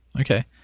Okay